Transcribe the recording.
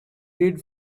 did